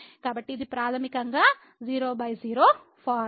కాబట్టి ఇది ప్రాథమికంగా 00 ఫార్మ